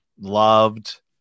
loved